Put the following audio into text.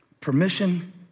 Permission